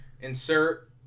insert